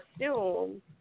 assume